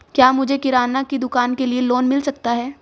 क्या मुझे किराना की दुकान के लिए लोंन मिल सकता है?